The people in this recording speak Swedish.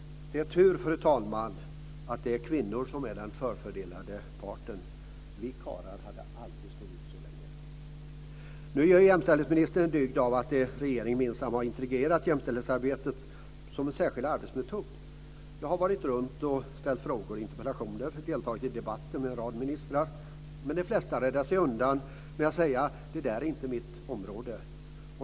Det är tur, fru talman, att det är kvinnorna som är den förfördelade parten. Vi karlar hade aldrig stått ut så länge. Nu gör jämställdhetsministern en dygd av att i regeringen minsann har integrerat jämställdhetsarbetet som en särskild arbetsmetod. Jag har varit runt och ställt frågor och interpellationer och även deltagit i debatter med en rad ministrar. Men de flesta räddar sig undan genom att säga: "Det där är inte mitt område."